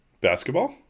basketball